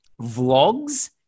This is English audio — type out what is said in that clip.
vlogs